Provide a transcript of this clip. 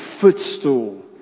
footstool